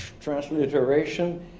transliteration